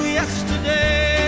yesterday